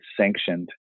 sanctioned